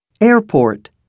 Airport